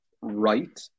right